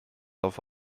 auf